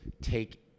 take